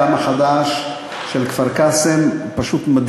גם החדש,